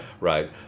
Right